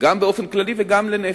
גם באופן כללי וגם לנפש.